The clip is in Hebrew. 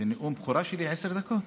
זה נאום בכורה שלי, עשר דקות?